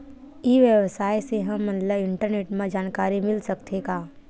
ई व्यवसाय से हमन ला इंटरनेट मा जानकारी मिल सकथे का?